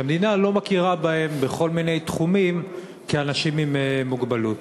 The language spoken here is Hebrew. שהמדינה לא מכירה בהם בכל מיני תחומים כאנשים עם מוגבלות.